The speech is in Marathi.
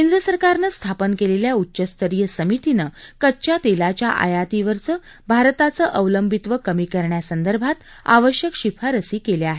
केंद्र सरकारनं स्थापन केलेल्या उच्चस्तरीय समितीनं कच्च्या तेलाच्या आयातीवरचं भारताचं अवलंबित्व कमी करण्यासंदर्भात आवश्यक शिफारसी केल्या आहेत